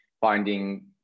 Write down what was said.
finding